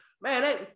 man